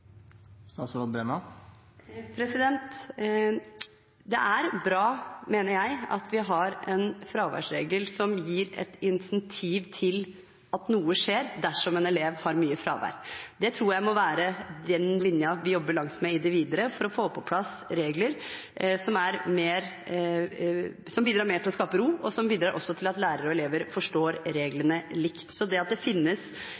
det er bra at vi har en fraværsregel som gir et insentiv til at noe skjer dersom en elev har mye fravær. Det tror jeg må være den linjen vi jobber langsmed i det videre for å få på plass regler som bidrar mer til å skape ro, og som også bidrar til at lærere og elever forstår reglene likt. Det at det finnes